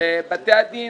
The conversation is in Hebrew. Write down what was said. ובתי הדין